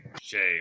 shame